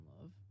Love